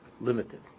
limited